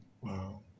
Wow